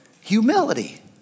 Humility